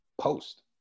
post